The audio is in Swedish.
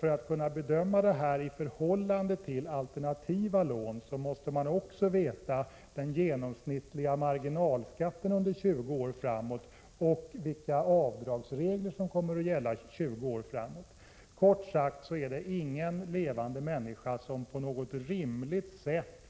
För att kunna bedöma frågan om studielån i förhållande till alternativa lån, måste man också känna till den genomsnittliga marginalskatten under 20 år framåt och veta vilka avdragsregler som kommer att gälla 20 år framåt. Kort sagt finns det ingen levande människa som